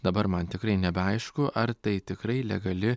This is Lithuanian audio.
dabar man tikrai nebeaišku ar tai tikrai legali